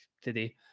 today